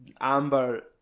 Amber